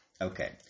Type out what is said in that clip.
Okay